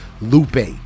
Lupe